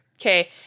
Okay